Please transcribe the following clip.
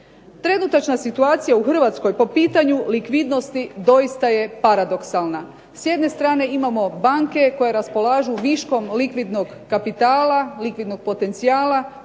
Trenutačna situacija u Hrvatskoj po pitanju likvidnosti doista je paradoksalna. S jedne strane imamo banke koje raspolažu viškom likvidnog kapitala, likvidnog potencijala